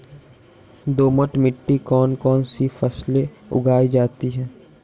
दोमट मिट्टी कौन कौन सी फसलें उगाई जाती है?